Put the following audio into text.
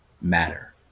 matter